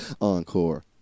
Encore